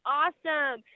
awesome